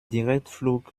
direktflug